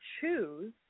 choose